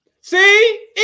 See